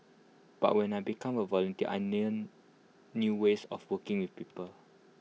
but when I became A volunteer I learnt new ways of working with people